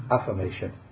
affirmation